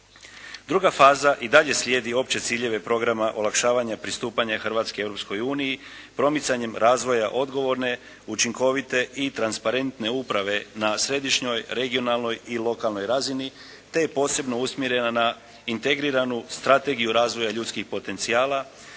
Druga faza i dalje slijedi opće ciljeve programa olakšavanja pristupanja Hrvatske Europskoj uniji promicanjem razvoja odgovorne, učinkovite i transparentne uprave na središnjoj, regionalnoj i lokalnoj razini te je posebno usmjerena na integriranu strategiju razvoja ljudskih potencijala,